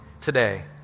today